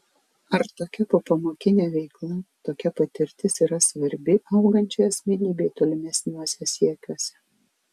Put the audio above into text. ar tokia popamokinė veikla tokia patirtis yra svarbi augančiai asmenybei tolimesniuose siekiuose